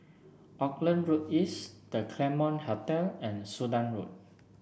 Auckland Road East The Claremont Hotel and Sudan Road